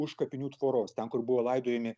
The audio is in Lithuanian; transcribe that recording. už kapinių tvoros ten kur buvo laidojami